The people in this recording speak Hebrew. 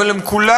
אבל הן כולן,